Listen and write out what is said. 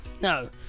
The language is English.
No